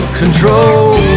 control